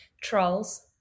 Trolls